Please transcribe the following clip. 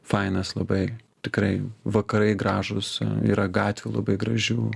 fainas labai tikrai vakarai gražūs yra gatvių labai gražių